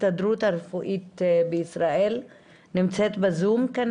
מההסתדרות הרפואית בישראל נמצאת בזום.